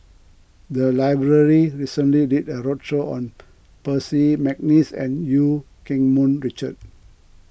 the library recently did a roadshow on Percy McNeice and Eu Keng Mun Richard